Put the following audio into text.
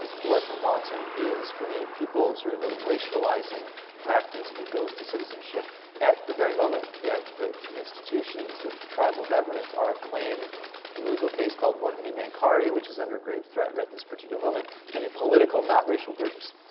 blood quantum is, for native people, sort of a racializing practice that goes to citizenship at the very moment that the institutions of tribal governance are claimed through a legal case called morton v. mancari, which is under grave threat right at this particular moment to be political, not racial, groups.